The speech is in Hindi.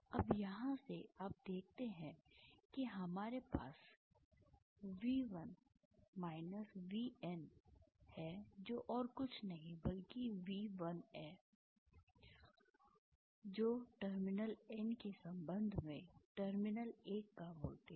अब यहाँ से आप देखते हैं कि हमारे पास V1 VN है जो और कुछ नहीं बल्कि V1N है जो टर्मिनल N के संबंध में टर्मिनल 1 का वोल्टेज है